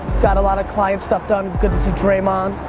got a lot of client stuff done, good to see draeman.